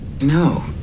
no